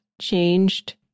changed